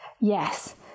yes